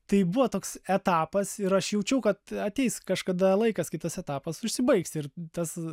tai buvo toks etapas ir aš jaučiau kad ateis kažkada laikas kai tas etapas užsibaigs ir tas